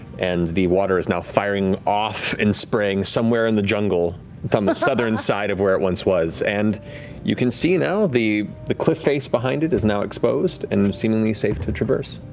and the water is now firing off and spraying somewhere in the jungle down the southern side of where it once was, and you can see now the the cliff-face behind it is now exposed and and seemingly safe to traverse.